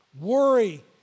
Worry